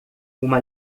uma